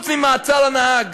מלבד מעצר הנהג,